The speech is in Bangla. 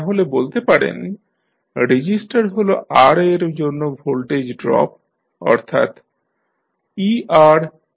তাহলে বলতে পারেন রেজিস্টর হল R এর জন্য ভোল্টেজ ড্রপ অর্থাৎ eRtitR